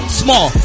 small